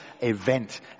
event